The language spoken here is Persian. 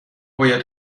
باید